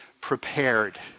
prepared